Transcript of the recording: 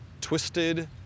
twisted